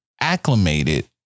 acclimated